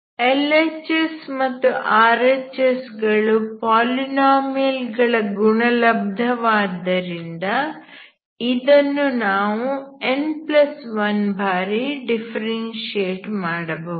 LHS ಮತ್ತು RHS ಗಳು polynomial ಗಳ ಗುಣಲಬ್ದವಾದ್ದರಿಂದ ಇದನ್ನು ನಾವು n1 ಬಾರಿ ಡಿಫರೆನ್ಶಿಯೇಟ್ ಮಾಡಬಹುದು